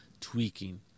tweaking